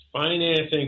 Financing